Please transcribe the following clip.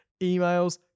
emails